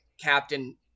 captain